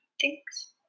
Thanks